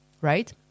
right